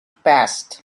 passed